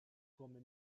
come